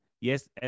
Yes